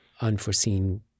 unforeseen